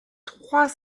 trois